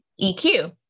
EQ